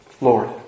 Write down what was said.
Lord